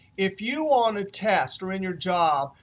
if you, on a test or in your job,